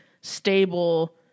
stable